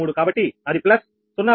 6153 కాబట్టి అది ప్లస్ 0